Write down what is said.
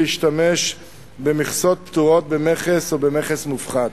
להשתמש במכסות פטורות ממכס או במכס מופחת.